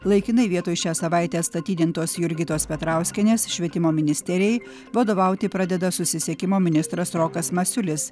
laikinai vietoj šią savaitę atstatydintos jurgitos petrauskienės švietimo ministerijai vadovauti pradeda susisiekimo ministras rokas masiulis